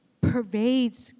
pervades